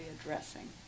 addressing